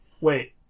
Wait